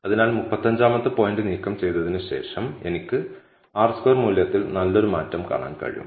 അതിനാൽ 35 ാമത്തെ പോയിന്റ് നീക്കം ചെയ്തതിന് ശേഷം എനിക്ക് R സ്ക്വയർ മൂല്യത്തിൽ നല്ലൊരു മാറ്റം കാണാൻ കഴിയും